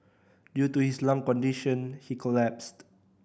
due to his lung condition he collapsed